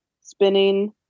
Spinning